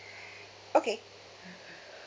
okay